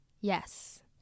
Yes